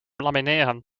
lamineren